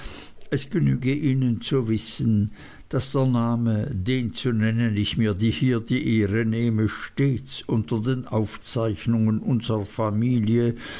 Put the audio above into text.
es genüge ihnen zu wissen daß der name den zu nennen ich mir hier die ehre nehme stets unter den aufzeichnungen unserer familie